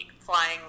flying